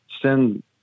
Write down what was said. send